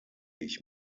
ich